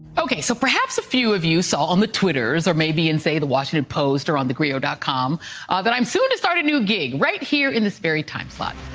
okay, so perhaps a few of you saw on the twitters or maybe in, say, the washington post or on thegrio. com ah that i'm soon to start a new gig right here in this very time slot.